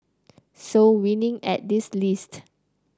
so winning at this list